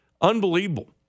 unbelievable